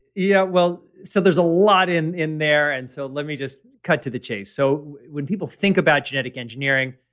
yeah well, so there's a lot in in there. and so let me just cut to the chase. so when people think about genetic engineering,